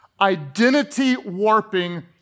identity-warping